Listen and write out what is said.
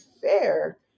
fair